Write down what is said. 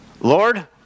Lord